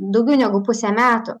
daugiau negu pusę metų